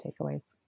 takeaways